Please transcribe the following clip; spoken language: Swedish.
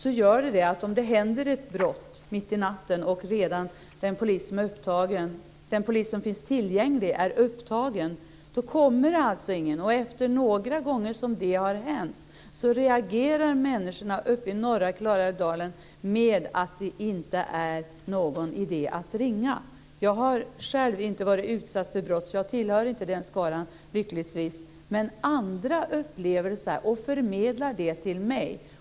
Om ett brott sker mitt i natten och den polis som finns tillgänglig är upptagen kommer det alltså ingen polis. Och när det har varit så några gånger reagerar människorna uppe i norra Klarälvdalen med att tycka att det inte är någon idé att ringa. Jag har själv inte varit utsatt för brott. Jag tillhör lyckligtvis inte den skaran, men andra upplever det så här och förmedlar det till mig.